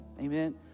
Amen